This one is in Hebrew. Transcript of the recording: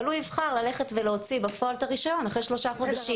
אבל הוא יבחר ללכת ולהוציא בפועל את הרישיון אחרי שלושה חודשים.